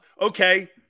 okay